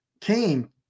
came